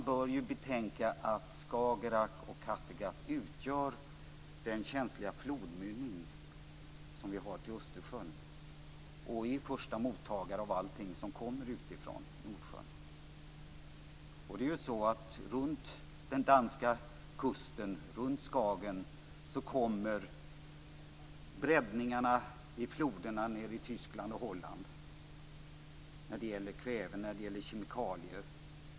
Man bör betänka att Skagerrak och Kattegatt utgör den känsliga flodmynning som vi har till Östersjön och är första mottagare av allting som kommer utifrån Nordsjön. Runt den danska kusten - runt Skagen - kommer breddningarna i floderna nere i Tyskland och Holland när det gäller kväve och när det gäller kemikalier.